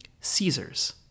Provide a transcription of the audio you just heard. Caesars